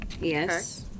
Yes